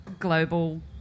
global